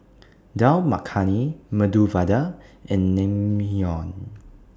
Dal Makhani Medu Vada and Naengmyeon